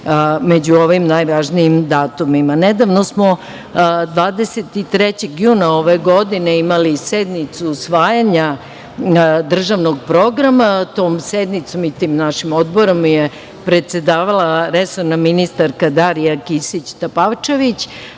među ovim najvažnijim datumima. Nedavno smo, 23. juna ove godine, imali sednicu usvajanja državnog programa. Tom sednicom i tim našim odborom je predsedavala resorna ministarka Darija Kisić Tepavčević.